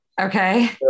Okay